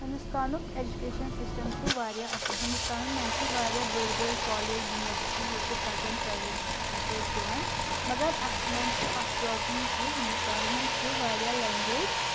ہِندوستانُک education system چھُ واریاہ اَصٕل ہِندوستانَس منٛز چھِ واریاہ بٔڑۍ بٔڑۍ کالَیج یوٗنِیورسِٹی ییٚتہِ بَچَن تعلیٖم چھِ اَصٕل پٲٹھۍ دِوَان مگر اَتھ منٛز چھِ اکھ پرٛابلِم کہِ ہِندوستانَس منٛز چھِ واریاہ لَینٛگوَیج